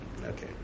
Okay